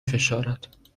فشارد